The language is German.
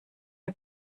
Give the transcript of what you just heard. die